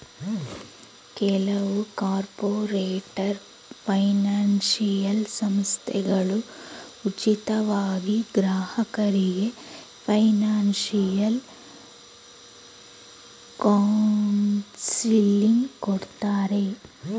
ಕೆಲವು corporator financial ಸಂಸ್ಥೆಗಳು ಉಚಿತವಾಗಿ ಗ್ರಾಹಕರಿಗೆ ಫೈನಾನ್ಸಿಯಲ್ ಕೌನ್ಸಿಲಿಂಗ್ ಕೊಡ್ತಾರೆ